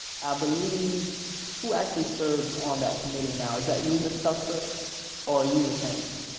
i believe who actually serves on that committee now, is that you ms. cuthbert or you ms. haynes?